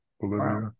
Bolivia